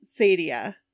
Sadia